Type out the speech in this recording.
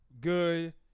good